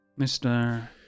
Mr